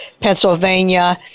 Pennsylvania